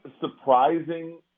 Surprising